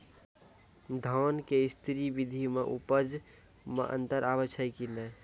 धान के स्री विधि मे उपज मे अन्तर आबै छै कि नैय?